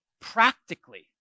practically